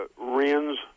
RINs